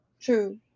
True